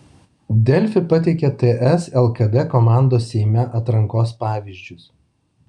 delfi pateikia ts lkd komandos seime atrankos pavyzdžius